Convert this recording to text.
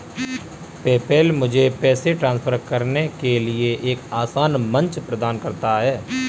PayPal मुझे पैसे transfer करने के लिए एक आसान मंच प्रदान करता है